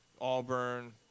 Auburn